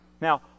Now